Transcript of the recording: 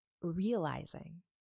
realizing